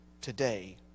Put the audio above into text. today